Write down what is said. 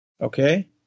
Okay